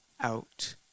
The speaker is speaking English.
out